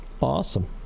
awesome